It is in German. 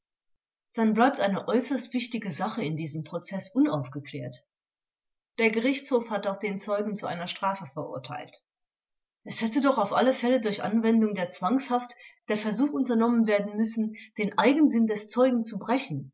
dann bleibt eine äußerst wichtige sache in diesem prozeß unaufgeklärt vors der gerichtshof hat doch den zeugen zu einer strafe verurteilt vert es hätte doch auf alle fälle durch anwendung der zwangshaft der versuch unternommen werden müssen den eigensinn des zeugen zu brechen